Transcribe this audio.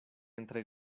entre